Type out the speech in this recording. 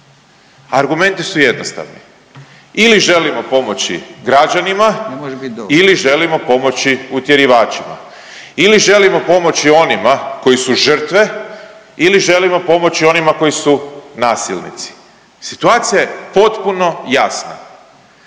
Argumenti su jednostavni ili želimo pomoći građanima ili želimo pomoći utjerivačima ili želimo pomoći onima koji su žrtve ili želimo pomoći onima koji su nasilnici. Situacija je potpuno jasna.